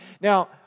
Now